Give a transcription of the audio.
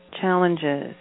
challenges